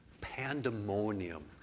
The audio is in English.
pandemonium